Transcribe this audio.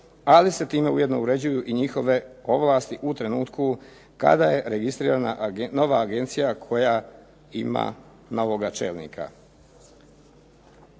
ali se time ujedno uređuju i njihove ovlasti u trenutku kada je registrirana nova agencija koja ima novoga čelnika.